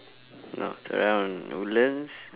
north around woodlands